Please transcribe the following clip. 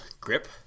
grip